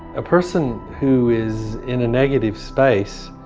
a person who is in a negative space,